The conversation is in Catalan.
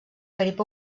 carib